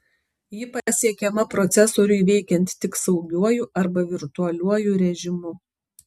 ji pasiekiama procesoriui veikiant tik saugiuoju arba virtualiuoju režimu